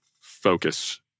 focus